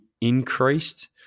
increased